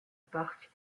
parc